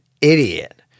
idiot